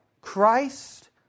Christ